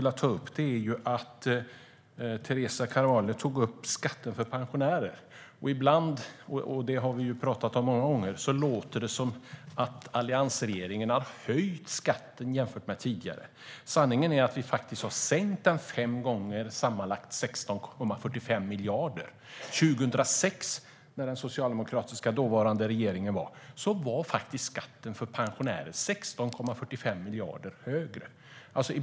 Nästa sak handlar om det som Teresa Carvalho tog upp om skatten för pensionärer. Vi har pratat många gånger om att man kan bolla med siffror så att det låter som om alliansregeringen höjde skatten jämfört med tidigare. Sanningen är att vi sänkte skatten fem gånger med sammanlagt 16,45 miljarder. År 2006, då det senast var en socialdemokratisk regering, var faktiskt skatten för pensionärer 16,45 miljarder högre.